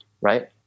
Right